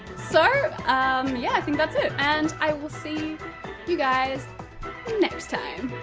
sort of um yeah, i think that's it! and i will see you guys next time.